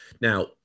Now